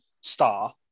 star